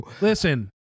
Listen